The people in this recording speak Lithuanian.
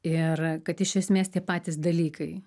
ir kad iš esmės tie patys dalykai